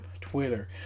twitter